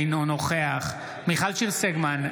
אינו נוכח מיכל שיר סגמן,